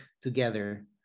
together